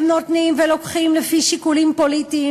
הם נותנים ולוקחים לפי שיקולים פוליטיים